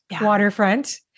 Waterfront